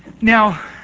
Now